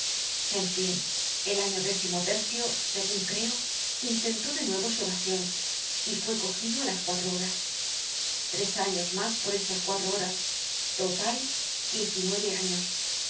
en fin el año décimo tercio segun creo intentó de nuevo su evasion y fue cogido á las cuatro horas tres años mas por estas cuatro horas total diez y nueve años